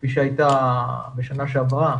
כפי שהייתה בשנה שעברה